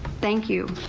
thank you.